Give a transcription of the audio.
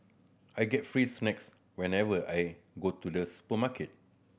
I get free snacks whenever I go to the supermarket